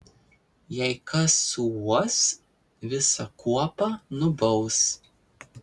jei kas suuos visą kuopą nubaus